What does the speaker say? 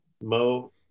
Mo